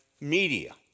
Media